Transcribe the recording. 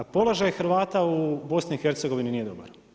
Položaj Hrvata u BIH, nije dobar.